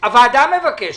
הוועדה מבקשת.